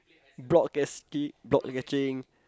block catching block catching